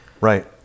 Right